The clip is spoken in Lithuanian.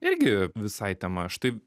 irgi visai tema štai